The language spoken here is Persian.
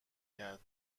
کرد